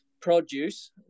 produce